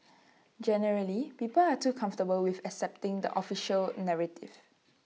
generally people are too comfortable with accepting the official narrative